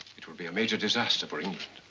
it will be a major disaster for england.